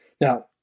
Now